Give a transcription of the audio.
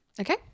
Okay